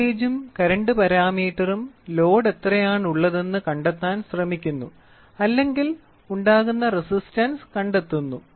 വോൾട്ടേജും കറൻറ് പാരാമീറ്ററും ലോഡ് എത്രയാണുള്ളതെന്ന് കണ്ടെത്താൻ ശ്രമിക്കുന്നു അല്ലെങ്കിൽ ഉണ്ടാകുന്ന റെസിസ്റ്റൻസ് കണ്ടെത്തുന്നു